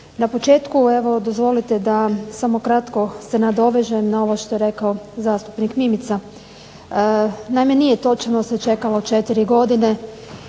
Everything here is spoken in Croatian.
Na početku dozvoli da samo kratko se nadovežem na ovo što je rekao zastupnik MImica. Naime, nije točno da se čekalo 4 godine,